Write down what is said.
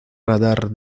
radar